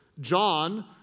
John